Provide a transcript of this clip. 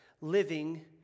living